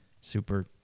super